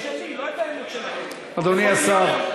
אדוני השר.